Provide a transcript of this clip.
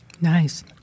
nice